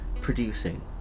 producing